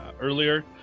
earlier